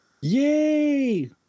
Yay